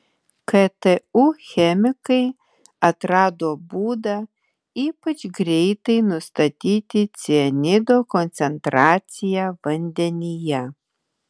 ktu chemikai atrado būdą ypač greitai nustatyti cianido koncentraciją vandenyje